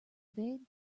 evade